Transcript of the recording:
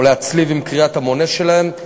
או להצליב עם קריאת המונה שלהם.